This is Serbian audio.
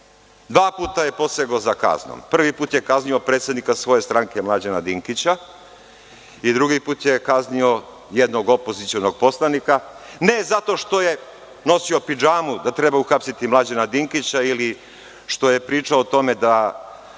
Dva puta je posegao za kaznom. Prvi put je kaznio predsednika svoje stranke Mlađana Dinkića i drugi put je kaznio jednog opozicionog poslanika, ne zato što je nosio pidžamu kada treba uhapsiti Mlađana Dinkića ili što je pričao o tome da